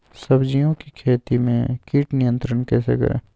सब्जियों की खेती में कीट नियंत्रण कैसे करें?